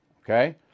Okay